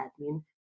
admin